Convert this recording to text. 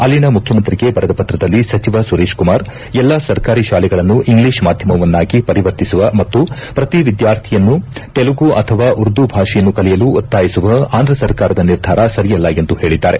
ಅಲ್ಲಿನ ಮುಖ್ಯಮಂತ್ರಿಗೆ ಬರೆದ ಪತ್ರದಲ್ಲಿ ಸಚಿವ ಸುರೇಶಕುಮಾರ್ ಎಲ್ಲಾ ಸರ್ಕಾರಿ ಶಾಲೆಗಳನ್ನು ಇಂಗ್ಲಿಷ್ ಮಾಧ್ಯಮವನ್ನಾಗಿ ಪರಿವರ್ತಿಸುವ ಮತ್ತು ಪ್ರತಿ ವಿದ್ಯಾರ್ಥಿಯನ್ನು ತೆಲುಗು ಅಥವಾ ಉರ್ದು ಭಾಷೆಯನ್ನು ಕಲಿಯಲು ಒತ್ತಾಯಿಸುವ ಆಂಧ್ರ ಸರ್ಕಾರದ ನಿರ್ಧಾರ ಸರಿಯಲ್ಲ ಎಂದು ಹೇಳಿದ್ದಾರೆ